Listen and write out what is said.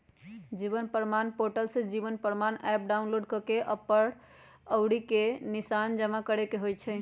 जीवन प्रमाण पोर्टल से जीवन प्रमाण एप डाउनलोड कऽ के अप्पन अँउरी के निशान जमा करेके होइ छइ